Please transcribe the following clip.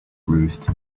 roost